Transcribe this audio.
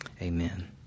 Amen